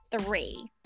three